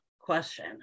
question